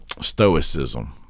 stoicism